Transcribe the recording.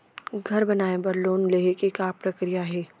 घर बनाये बर लोन लेहे के का प्रक्रिया हे?